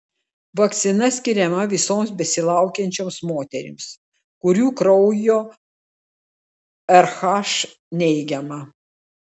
vakcina skiriama visoms besilaukiančioms moterims kurių kraujo rh neigiama